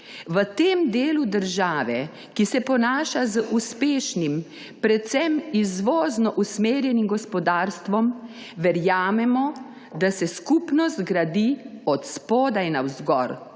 V tem delu države, ki se ponaša z uspešnim, predvsem izvozno usmerjenim gospodarstvom, verjamemo, da se skupnost gradi od spodaj navzgor,